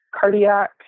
cardiac